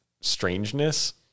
strangeness